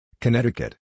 Connecticut